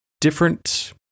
different